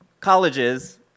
colleges